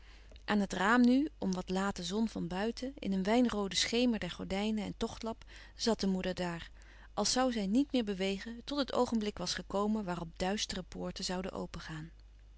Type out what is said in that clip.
aan het raam nu om wat late zon van buiten in een wijnrooden schemer der gordijnen en tochtlap zat de moeder daar als zoû zij niet meer bewegen tot het oogenblik was gekomen waarop duistere poorten zouden open